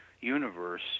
universe